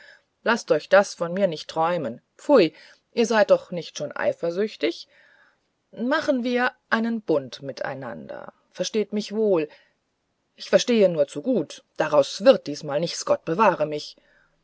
laßt euch das von mir nicht träumen pfui ihr seid doch nicht schon eifersüchtig machen wir beide einen bund miteinander versteht mich wohl ich verstehe nur zu gut daraus wird diesmal nichts gott bewahre mich